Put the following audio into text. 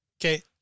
Okay